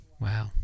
Wow